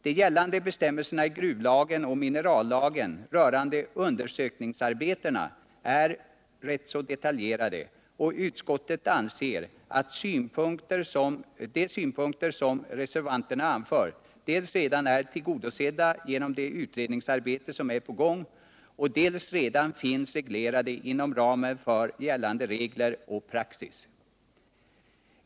De gällande bestämmelserna i gruvlagen och minerallagen rörande undersökningsarbetena är rätt så detaljerade, och utskottet anser att de synpunkter som reservanterna anför dels redan är tillgodosedda genom det utredningsarbete som är på gång, dels redan finns reglerade inom ramen för gällande föreskrifter och praxis.